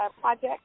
project